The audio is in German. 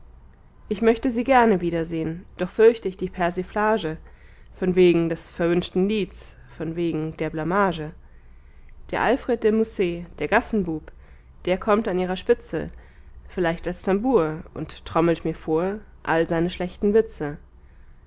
ich möchte sie gerne wiedersehn doch fürcht ich die persiflage von wegen des verwünschten lieds von wegen der blamage der alfred de musset der gassenbub der kommt an ihrer spitze vielleicht als tambour und trommelt mir vor all seine schlechten witze